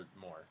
more